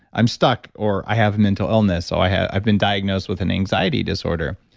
i'm stuck or i have a mental illness. i have been diagnosed with an anxiety disorder.